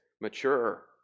mature